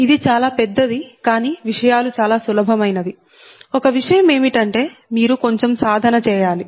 ఇది చాలా పెద్దది కానీ విషయాలు చాలా సులభమైనవి ఒక విషయం ఏమిటంటే మీరు కొంచెం సాధన చేయాలి